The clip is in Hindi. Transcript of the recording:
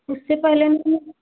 उससे पहले उसमें